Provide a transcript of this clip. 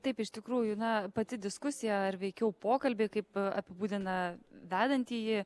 taip iš tikrųjų na pati diskusija ar veikiau pokalbiai kaip apibūdina vedantieji